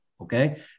okay